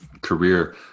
career